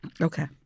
Okay